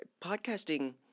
podcasting